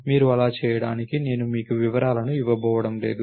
మీరు అలా చేయడానికి నేను మీకు వివరాలను ఇవ్వబోవడం లేదు